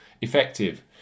effective